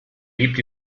lebt